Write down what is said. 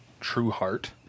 Trueheart